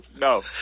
No